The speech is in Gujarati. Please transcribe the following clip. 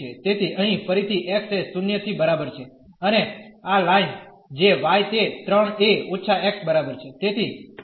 તેથી અહીં ફરીથી x એ 0 થી જાય છે અને આ લાઈન જે y તે 3 a − x બરાબર છે